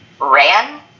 ran